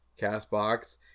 CastBox